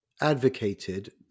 advocated